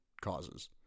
causes